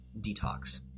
detox